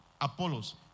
Apollos